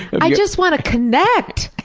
but i just wanna connect!